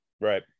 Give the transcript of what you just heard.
Right